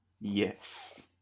Yes